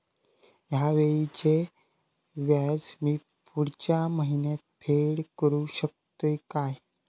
हया वेळीचे व्याज मी पुढच्या महिन्यात फेड करू शकतय काय?